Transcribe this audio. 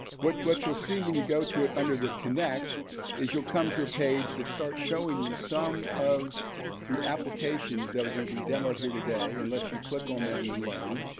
what what you'll see when you go to it under the connect is you'll come to a page that starts showing you some of the applications that are going to be demoed here today and lets you click on them and learn.